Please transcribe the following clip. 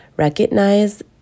recognize